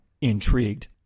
intrigued